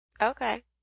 Okay